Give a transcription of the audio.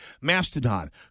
Mastodon